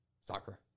soccer